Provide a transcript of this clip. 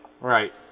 Right